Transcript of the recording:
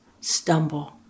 stumble